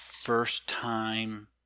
first-time